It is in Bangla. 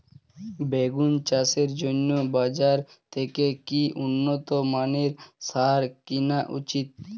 বেগুন চাষের জন্য বাজার থেকে কি উন্নত মানের সার কিনা উচিৎ?